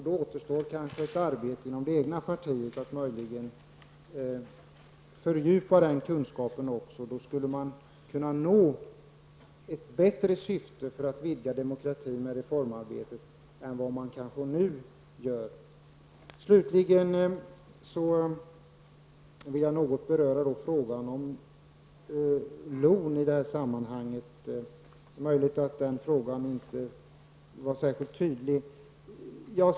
Det återstår ett arbete inom det egna partiet att möjligen fördjupa kunskapen i det avseendet. Då skulle man bättre kunna nå syftet att vidga demokratin med reformarbete än vad man nu gör. Slutligen vill jag beröra frågan om LON. Det är möjligt att den frågan inte var särskilt tydlig.